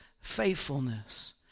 faithfulness